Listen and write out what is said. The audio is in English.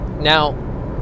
Now